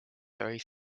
three